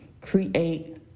Create